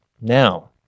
now